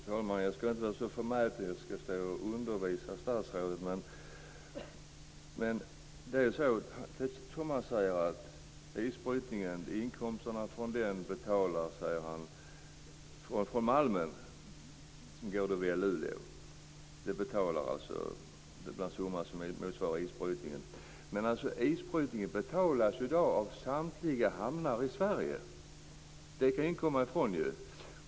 Fru talman! Jag skall inte vara så förmäten att jag står och undervisar statsrådet. Statsrådet säger att isbrytningen betalas av inkomster från malmen som går via Luleå. Men isbrytningen betalas ju i dag av samtliga hamnar i Sverige. Det kan ingen komma ifrån.